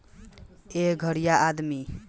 एह घरीया आदमी बांस के भी बहुते निमन घर बना लेता